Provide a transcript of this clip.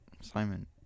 Simon